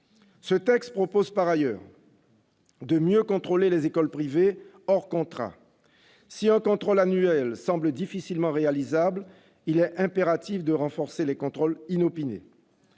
Ce texte prévoit par ailleurs de mieux contrôler les écoles privées hors contrat. Si un contrôle annuel semble difficilement réalisable, il est impératif de renforcer les contrôles inopinés.